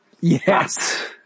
Yes